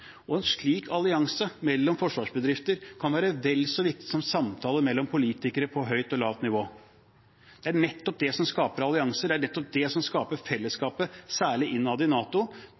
En slik allianse mellom forsvarsbedrifter kan være vel så viktig som samtaler mellom politikere på høyt og lavt nivå. Det er nettopp det som skaper allianser og fellesskap, særlig innad i NATO. Det er ikke noe som